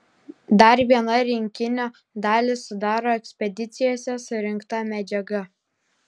dar vieną rinkinio dalį sudaro ekspedicijose surinkta medžiaga